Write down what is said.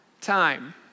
time